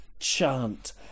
Chant